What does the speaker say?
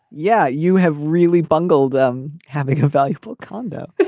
yeah. you have really bungled them having a valuable condo.